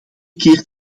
keer